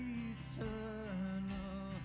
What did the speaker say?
eternal